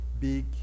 big